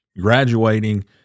graduating